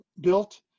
built